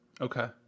Okay